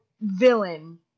villain